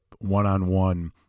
one-on-one